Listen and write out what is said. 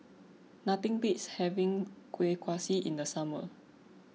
nothing beats having Kueh Kaswi in the summer